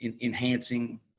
enhancing